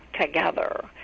together